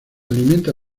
alimenta